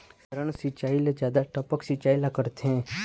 साधारण सिचायी ले जादा टपक सिचायी ला करथे